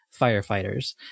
firefighters